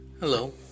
Hello